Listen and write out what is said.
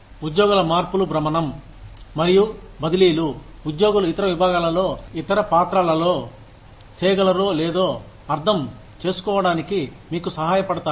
ఉద్యోగుల మార్పులు భ్రమణం మరియు బదిలీలు exchanges rotation and transfers ఉద్యోగులు ఇతర విభాగాలలో ఇతర పాత్రలలో చేయగలరో లేదో అర్థం చేసుకోవడానికి మీకు సహాయపడతాయి